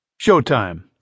Showtime